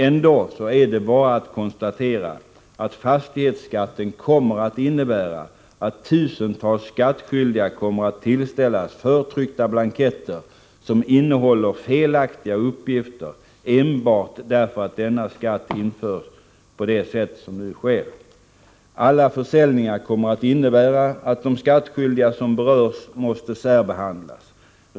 Ändå är det bara att konstatera att fastighetsskatten kommer att innebära att tusentals skattskyldiga kommer att tillställas förtryckta blanketter, som innehåller felaktiga uppgifter, enbart därför att denna skatt införs på det sätt som nu sker. Alla försäljningar kommer att innebära att de skattskyldiga som berörs måste särbehandlas.